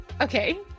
Okay